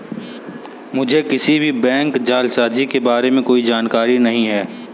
मुझें किसी भी बैंक जालसाजी के बारें में कोई जानकारी नहीं है